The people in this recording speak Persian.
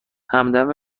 همدم